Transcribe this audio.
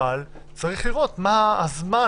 אבל צריך לראות מה הזמן,